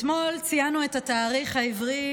אתמול ציינו את התאריך העברי